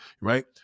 right